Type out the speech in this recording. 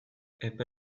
epe